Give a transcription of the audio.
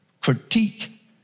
critique